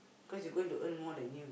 cause you're gonna earn more than him